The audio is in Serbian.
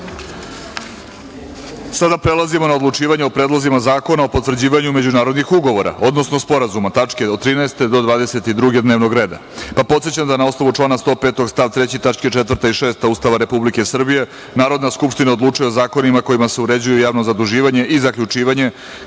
prelazimo na odlučivanje o predlozima zakona o potvrđivanju međunarodnih ugovora, odnosno sporazuma ( tačke od 13. do 22. dnevnog reda), pa podsećam da na osnovu člana 105. stav 3. tačka 4. i 6. Ustava Republike Srbije Narodna skupština odlučuje o zakonima kojima se uređuje javno zaduživanje i zaključivanje,